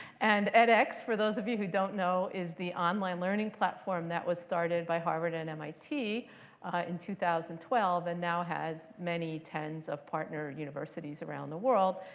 and edx, for those of you who don't know, is the online learning platform that was started by harvard and mit in two thousand and twelve, and now has many tens of partner universities around the world.